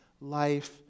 life